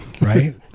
Right